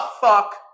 fuck